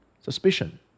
suspicion